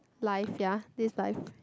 life ya this life